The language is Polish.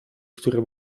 które